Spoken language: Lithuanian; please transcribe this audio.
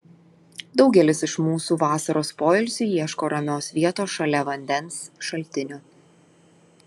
daugelis iš mūsų vasaros poilsiui ieško ramios vietos šalia vandens šaltinio